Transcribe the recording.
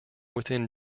within